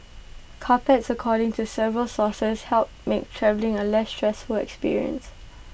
carpets according to several sources help make travelling A less stressful experience